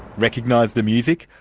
recognise the music?